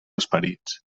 esperits